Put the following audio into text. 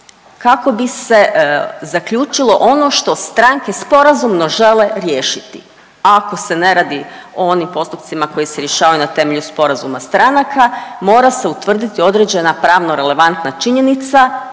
kako bi se zaključilo ono što stranke sporazumno žele riješiti. A ako se ne radi o onim postupcima koji se rješavaju na temelju sporazuma stranaka mora se utvrditi određena pravno relevantna činjenica